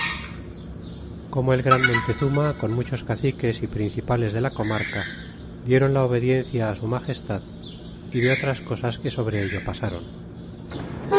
como el gran montezuma con muchos caciques y principales de la comarca diéron la obediencia su magestad y de otras cosas que sobre ello pasron